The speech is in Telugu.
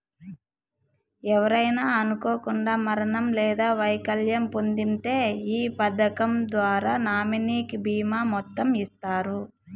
ఎవరైనా అనుకోకండా మరణం లేదా వైకల్యం పొందింతే ఈ పదకం ద్వారా నామినీకి బీమా మొత్తం ఇస్తారు